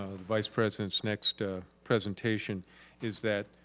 vice president's next presentation is that